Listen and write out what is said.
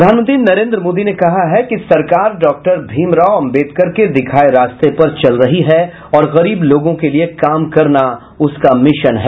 प्रधानमंत्री नरेंद्र मोदी ने कहा है कि सरकार डॉक्टर भीमराव अम्बेदकर के दिखाए रास्ते पर चल रही है और गरीब लोगों के लिये काम करना उसका मिशन है